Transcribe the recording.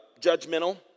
judgmental